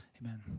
Amen